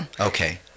Okay